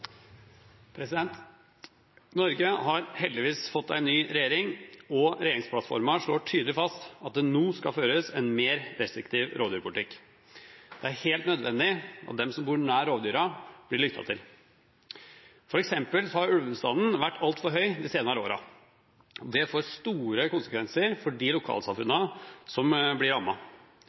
Norge har heldigvis fått en ny regjering, og regjeringsplattformen slår tydelig fast at det nå skal føres en mer restriktiv rovdyrpolitikk. Det er helt nødvendig at de som bor nær rovdyrene, blir lyttet til. For eksempel har ulvestanden vært altfor høy de senere årene. Det får store konsekvenser for de lokalsamfunnene som blir